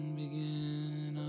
begin